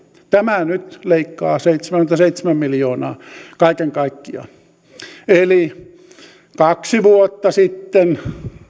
tämä nyt leikkaa seitsemänkymmentäseitsemän miljoonaa kaiken kaikkiaan eli kaksi vuotta sitten